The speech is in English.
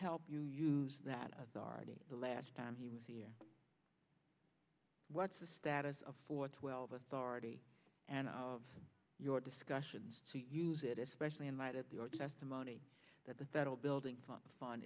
help you use that authority the last time he was here what's the status of four twelve authority and your discussions to use it especially in light at the or testimony that the federal building f